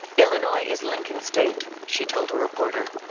illinois is lincoln's state, she told a reporter.